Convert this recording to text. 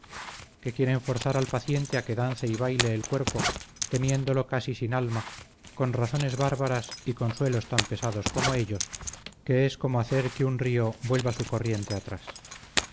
que quieren forzar al paciente a que dance y baile el cuerpo teniéndolo casi sin alma con razones bárbaras y consuelos tan pesados como ellos que es corno hacer que un río vuelva su corriente atrás